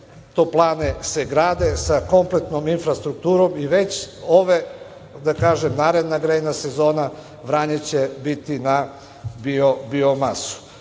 toplane se grade, sa kompletnom infrastrukturom i već naredna grejna sezona, Vranje će biti na biomasu. Takođe,